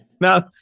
Now